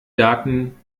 daten